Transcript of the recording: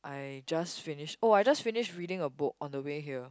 I just finished oh I just finished reading a book on the way here